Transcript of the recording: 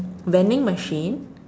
vending machine